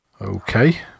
Okay